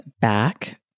back